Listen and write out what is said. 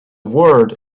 word